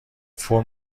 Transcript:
فرم